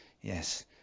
yes